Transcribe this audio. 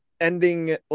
ending